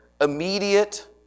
immediate